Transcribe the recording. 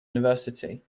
university